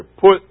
put